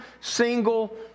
single